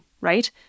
right